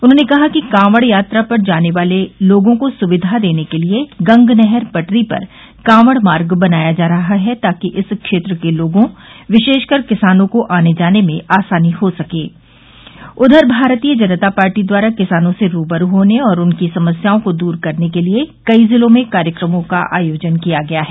उन्होंने कहा कि कांवड़ यात्रा पर जाने वाले लोगों को सुविधा देने के लिए गंग नहर पटरी पर कांवड़ मार्ग बनाया जा रहा है ताकि इस क्षेत्र के लोगों विशेषकर किसानों को आने जाने में आसानी हो सके उधर भारतीय जनता पार्टी द्वारा किसानों से रूबरू होने और उनकी समस्याओं को दूर करने के लिए कई जिलों में कार्यक्रमों का आयोजन किया गया है